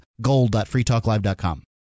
gold.freetalklive.com